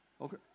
Okay